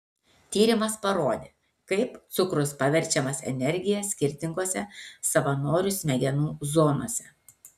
tyrimas parodė kaip cukrus paverčiamas energija skirtingose savanorių smegenų zonose